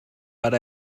but